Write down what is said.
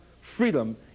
freedom